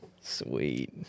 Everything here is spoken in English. sweet